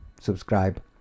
subscribe